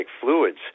fluids